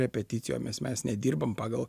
repeticijomis mes nedirbam pagal